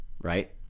right